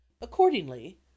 accordingly